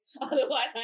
Otherwise